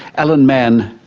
alan mann,